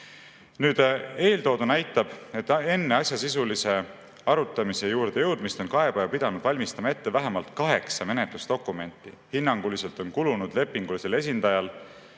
Eeltoodu näitab, et enne asja sisulise arutamise juurde jõudmist on kaebaja pidanud valmistama ette vähemalt kaheksa menetlusdokumenti. Hinnanguliselt on kulunud lepingulisel esindajal